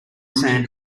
sand